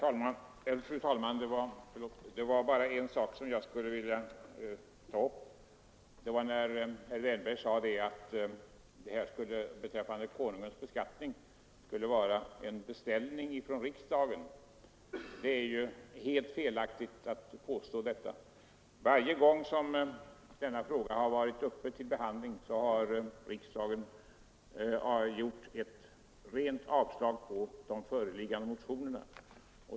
Fru talman! Herr Wärnberg sade att förslaget beträffande Konungens beskattning skulle vara en beställning från riksdagen. Det är ju helt felaktigt att påstå detta. Varje gång som denna fråga har varit uppe till behandling har riksdagen beslutat ett rent avslag på de föreliggande motionerna.